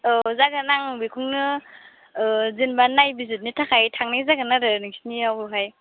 औ जागोन आं बेखौनो जेन'बा नायबिजिरनो थाखाय थांनाय जागोन आरो नोंसिनियावहाय